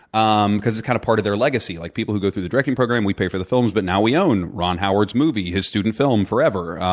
um because it's kind of part of their legacy. like people who go through the directing program, we pay for the films. but now, we own ron howard's movie, his student film forever.